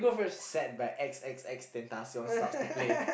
sad by X X X Tentacion starts to play